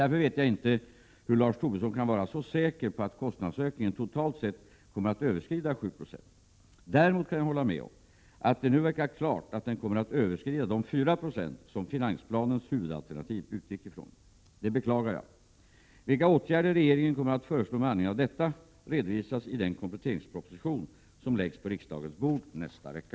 Därför vet jag inte hur Lars Tobisson kan vara så säker på att kostnadsökningen, totalt sett, kommer att överskrida 7 26. Däremot kan jag hålla med om att det nu verkar klart att den kommer att överskrida de 4 20 som finansplanens huvudalternativ utgick ifrån. Det beklagar jag. Vilka åtgärder regeringen kommer att föreslå med anledning av detta redovisas i den kompletteringsproposition som läggs på riksdagens bord nästa vecka.